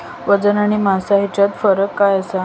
वजन आणि मास हेच्यात फरक काय आसा?